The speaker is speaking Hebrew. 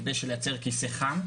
כדי לייצר כיסא חם.